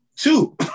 Two